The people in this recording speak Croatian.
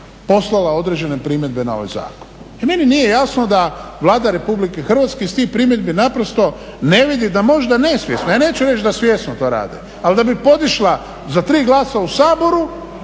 poslala određene primjedbe na ovaj zakon. I meni nije jasno da Vlada Republike Hrvatske iz tih primjedbi naprosto ne vidi da možda nesvjesno, ja neću reći da svjesno to rade, ali da bi podišla za tri glasa u Saboru